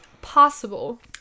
possible